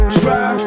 try